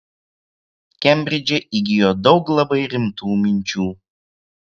kembridže įgijo daug labai rimtų minčių